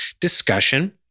discussion